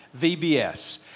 VBS